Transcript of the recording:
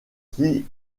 qui